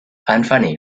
unfunny